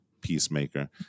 Peacemaker